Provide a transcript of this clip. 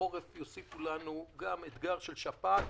בחורף יוסיפו לנו גם אתגר של שפעת.